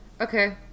Okay